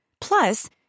Plus